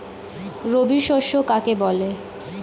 রবি শস্য কাকে বলে?